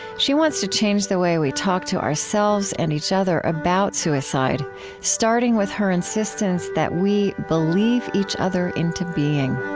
she wants to change the way we talk to ourselves and each other about suicide starting with her insistence that we believe each other into being.